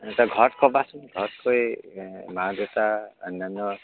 এনেকৈ ঘৰত ক'বাচোন ঘৰত কৈ মা দেউতা অন্যান্য